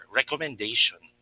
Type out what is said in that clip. recommendation